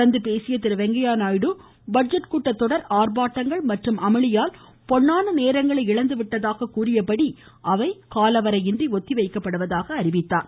தொடர்ந்து பேசிய திரு வெங்கையா நாயுடு பட்ஜெட் கூட்டத்தொடர் ஆர்ப்பாட்டங்கள் மற்றும் அமளியால் பொன்னான நேரங்களை இழந்து விட்டதாக கூறியபடி அவை காலவரையின்றி ஒத்திவைக்கப்படுவதாக அறிவித்தார்